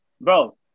bro